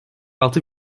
altı